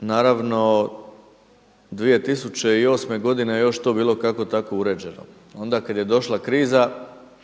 Naravno 2008. godine je još to bilo kako tako uređeno. Onda kada je došla kriza